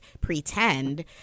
pretend